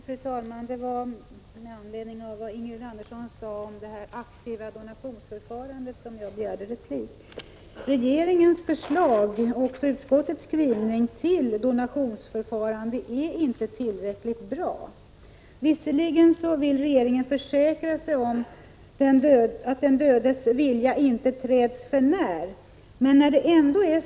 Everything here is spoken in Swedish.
Fru talman! Jag begärde ordet med anledning av det Ingrid Andersson sade om det aktiva donationsförfarandet. Regeringens förslag och utskottets skrivning beträffande donationsförfarandet är inte tillräckligt bra. Visserligen vill regeringen försäkra sig om att den dödes vilja inte träds för när.